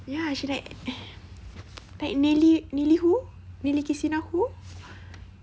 ya she like eh like nili nili who nili qistina who